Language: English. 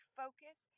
focus